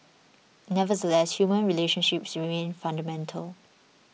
nevertheless human relationships remain fundamental